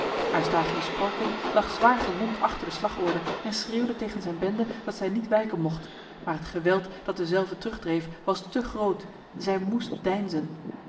eustachius sporkyn lag zwaar gewond achter de slagorde en schreeuwde tegen zijn bende dat zij niet wijken mocht maar het geweld dat dezelve terugdreef was te groot zij moest